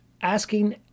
asking